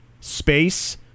space